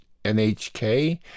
NHK